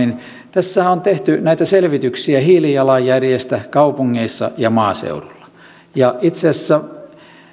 tässähän on tehty näitä selvityksiä hiilijalanjäljestä kaupungeissa ja maaseudulla ja itse asiassa